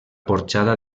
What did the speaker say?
porxada